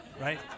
right